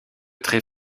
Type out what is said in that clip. très